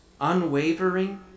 unwavering